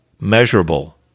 measurable